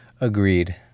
Agreed